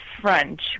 French